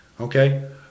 Okay